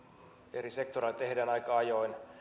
eri sektoreilla tehdään aika ajoin